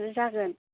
जागोन